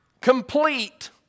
Complete